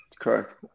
correct